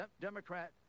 Democrat